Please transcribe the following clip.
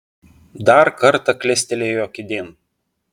dar kartą klestelėjo kėdėn